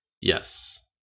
Yes